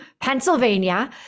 pennsylvania